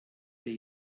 der